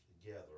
together